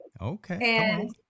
Okay